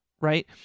right